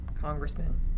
congressman